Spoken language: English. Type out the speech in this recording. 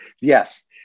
yes